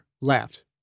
laughed